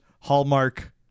Hallmark